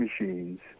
machines